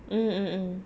mm mm mm